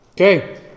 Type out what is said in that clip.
Okay